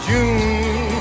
June